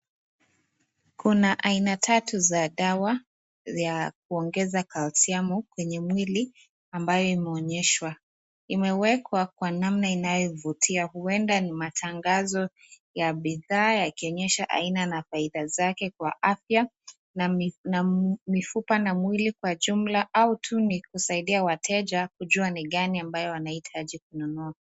Kuna aina tatu za dawa ya kuongeza calcium kwenye mwili ambayo imeonyeshwa .Imewekwa kwa namna inayovutia, huenda ni matangazo ya bidhaa yakionyesha aina na faida zake kwa afya na mifupa na mwili kwa jumla au tu ni kusaidia wateja kujua ni gani wanahitaji kununua.